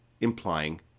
implying